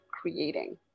creating